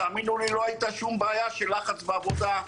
תאמינו לי לא הייתה שום בעיה של לחץ בעבודה,